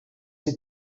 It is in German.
sie